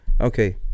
okay